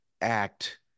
act